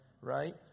right